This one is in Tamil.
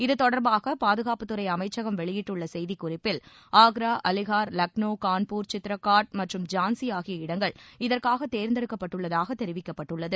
இத்தொடர்பாக பாதுகாப்புத்துறை அமைச்சகம் வெளியிட்டுள்ள செய்திக் குறிப்பில் ஆக்ரா அலிகார் லக்னோ கான்பூர் சித்ரகாட் மற்றும் ஜான்சி ஆகிய இடங்கள் இதற்காக தேர்ந்தெடுக்கப்பட்டுள்ளதாக தெரிவிக்கப்பட்டுள்ளது